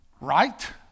Right